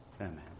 Amen